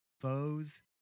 foes